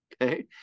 Okay